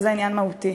וזה עניין מהותי.